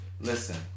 Listen